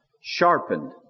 sharpened